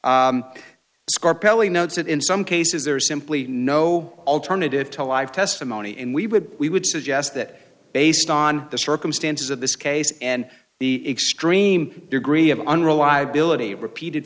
that in some cases there is simply no alternative to live testimony and we would we would suggest that based on the circumstances of this case and the extreme degree of unreliability repeated